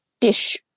dish